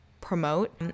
promote